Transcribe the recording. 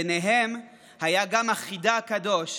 ביניהם היה גם החיד"א הקדוש,